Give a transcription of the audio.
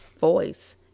voice